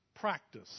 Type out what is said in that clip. practice